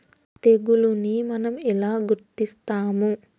తెగులుని మనం ఎలా గుర్తిస్తాము?